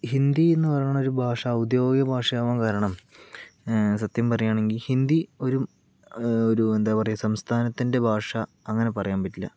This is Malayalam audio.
ഹിന്ദി എന്ന് പറയണ ഒരു ഭാഷ ഔദ്യോഗിക ഭാഷയാവാൻ കാരണം സത്യം പറയാണെങ്കി ൽ ഹിന്ദി ഒരു ഒരു എന്താ പറയുക സംസ്ഥാനത്തിൻ്റെ ഭാഷ അങ്ങനെ പറയാൻ പറ്റില്ല